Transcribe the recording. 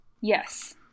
Yes